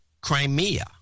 Crimea